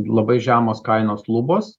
labai žemos kainos lubos